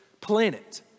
planet